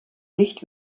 dicht